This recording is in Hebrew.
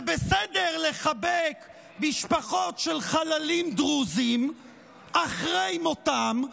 בסדר לחבק משפחות של חללים דרוזים אחרי מותם,